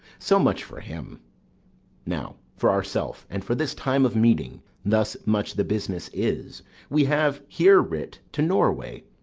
so much for him now for ourself and for this time of meeting thus much the business is we have here writ to norway,